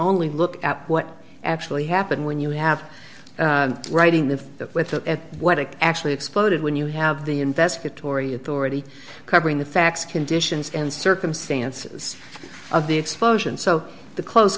only look at what actually happened when you have writing this with what it actually exploded when you have the invested tory authority covering the facts conditions and circumstances of the explosion so close